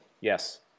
Yes